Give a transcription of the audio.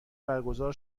برگزار